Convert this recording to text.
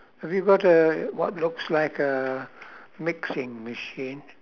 have you got a what looks like a mixing machine